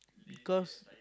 because